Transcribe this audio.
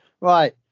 Right